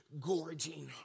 gorging